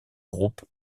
groupe